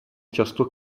často